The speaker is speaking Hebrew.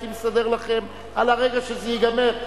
הייתי מסדר לכם על הרגע שזה ייגמר.